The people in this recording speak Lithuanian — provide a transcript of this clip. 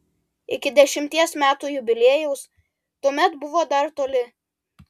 iki dešimties metų jubiliejaus tuomet buvo dar toli